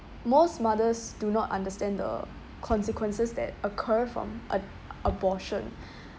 most mothers do not understand the consequences that occur from a~ abortion